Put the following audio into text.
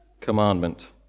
Commandment